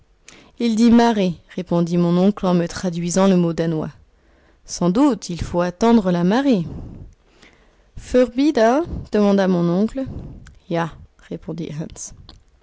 il dit marée répondit mon oncle en me traduisant le mot danois sans doute il faut attendre la marée frbida demanda mon oncle ja répondit